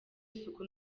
isuku